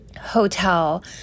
hotel